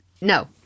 no